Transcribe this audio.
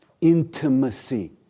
Intimacy